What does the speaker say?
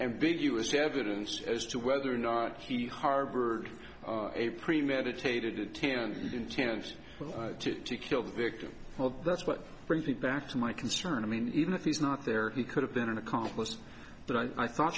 ambiguous evidence as to whether or not he harbor a premeditated ten intends to kill the victim well that's what brings me back to my concern i mean even if he's not there he could have been an accomplice but i thought